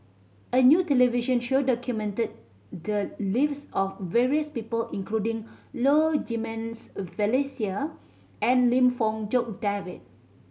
a new television show documented the lives of various people including Low Jimenez Felicia and Lim Fong Jock David